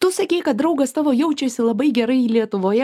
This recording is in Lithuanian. tu sakei kad draugas tavo jaučiasi labai gerai lietuvoje